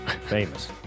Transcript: famous